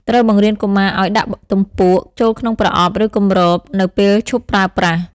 ត្រូវបង្រៀនកុមារឱ្យ ដាក់ទំពក់ ចូលក្នុងប្រអប់ ឬគម្របនៅពេលឈប់ប្រើប្រាស់។